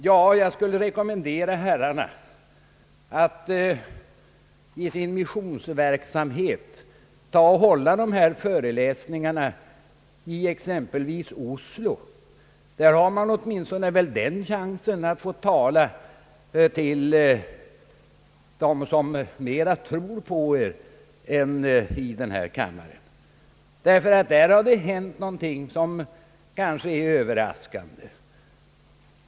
Jag skulle kunna rekommendera herrarna att i sin missionsverksamhet hålla dessa föreläsningar i exempelvis Oslo. Där har ni väl åtminstone den chansen att få tala till dem som mera tror på er än i den här kammaren. I Norge har det hänt någonting som är Överraskande.